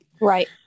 Right